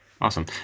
Awesome